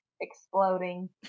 exploding